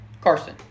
Carson